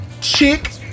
Chick